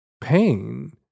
pain